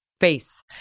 face